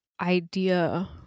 idea